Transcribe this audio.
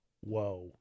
whoa